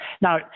Now